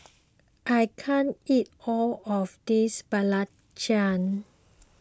I can't eat all of this Belacan